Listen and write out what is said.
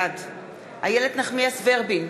בעד איילת נחמיאס ורבין,